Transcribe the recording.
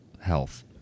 health